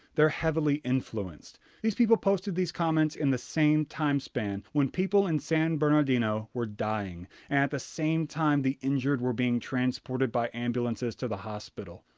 they're heavily influenced. these people posted these comments in the same timespan when people in san bernardino were dying, and at the same time the injured were being transported by ambulances to the hospital.